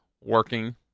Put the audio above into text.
working